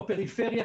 בפריפריה,